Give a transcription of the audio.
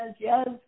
Yes